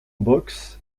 boxe